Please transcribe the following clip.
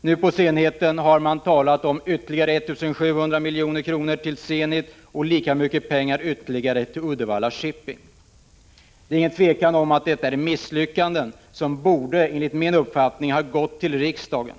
Nu på senhösten har det talats om ytterligare 1 700 milj.kr. till Zenit och ytterligare lika mycket pengar till Uddevalla Shipping. Det råder ingen tvekan om att det är fråga om ett misslyckande. I dessa frågor borde man enligt min uppfattning ha gått till riksdagen.